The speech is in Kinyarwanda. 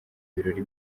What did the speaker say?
ibirori